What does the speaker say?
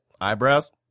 Eyebrows